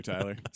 Tyler